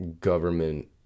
government